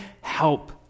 help